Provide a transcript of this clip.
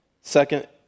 Second